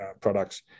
products